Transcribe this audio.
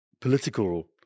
political